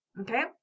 Okay